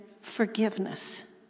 forgiveness